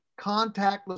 contactless